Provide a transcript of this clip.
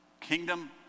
Kingdom